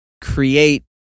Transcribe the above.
create